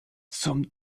zum